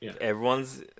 Everyone's